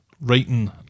writing